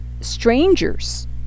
Strangers